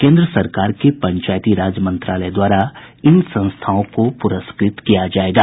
केन्द्र सरकार के पंचायती राज मंत्रालय द्वारा इन संस्थाओं को पुरस्कृत किया जायेगा